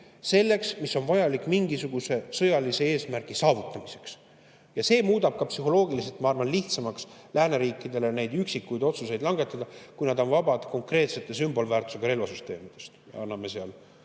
selleks, mis on vajalik mingisuguse sõjalise eesmärgi saavutamiseks. Ja see muudab ka psühholoogiliselt, ma arvan, lääneriikidele lihtsamaks neid üksikuid otsuseid langetada, kui nad on vabad konkreetsetest sümbolväärtusega relvasüsteemidest. Anname